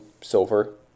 silver